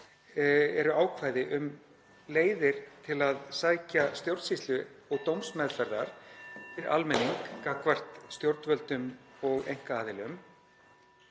eru ákvæði um leiðir til að sækja stjórnsýslu- og dómsmeðferð fyrir almenning gagnvart stjórnvöldum og einkaaðilum.